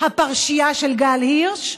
הפרשייה של גל הירש,